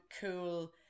cool